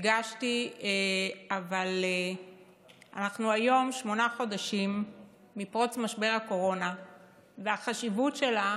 אבל היום אנחנו שמונה חודשים מפרוץ משבר הקורונה והחשיבות שלה